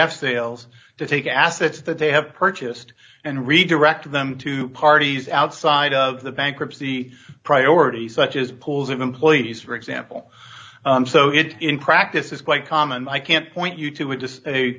f sales to take assets that they have purchased and redirect them to parties outside of the bankruptcy priorities such as pools of employees for example so it in practice is quite common i can't point you to it just a